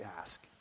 ask